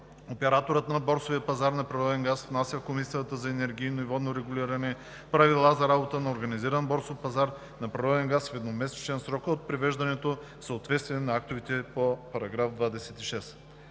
Операторът на борсовия пазар на природен газ внася в Комисията за енергийно и водно регулиране правила за работа на организиран борсов пазар на природен газ в едномесечен срок от привеждането в съответствие на актовете по § 26.